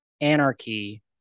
anarchy